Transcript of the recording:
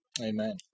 Amen